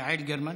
יעל גרמן.